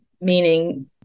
meaning